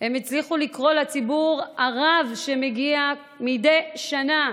הם הצליחו לקרוא לציבור הרב שמגיע מדי שנה,